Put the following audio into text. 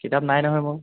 কিতাপ নাই নহয় মোৰ